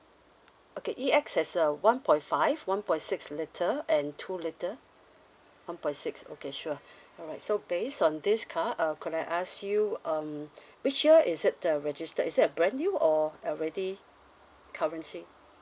okay E X has a one point five one point six liter and two liter one point six okay sure alright so based on this car uh could I ask you um which year is it the registered is it a brand new or already currently